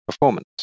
performance